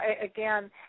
again